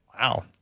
Wow